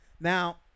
Now